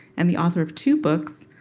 and the author of two books,